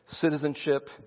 citizenship